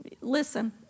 listen